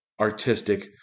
artistic